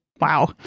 Wow